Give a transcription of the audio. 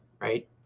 right